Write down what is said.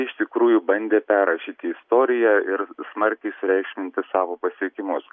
iš tikrųjų bandė perrašyti istoriją ir smarkiai sureikšminti savo pasiekimus